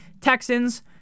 Texans